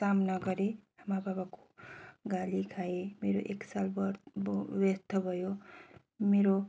सामना गरेँ आमा बाबाको गाली खाएँ मेरो एक साल व्यर्थ भयो मेरो